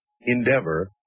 endeavor